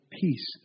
peace